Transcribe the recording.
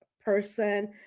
person